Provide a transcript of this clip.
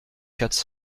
quatre